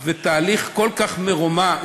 זה היה תהליך כל כך מרומם,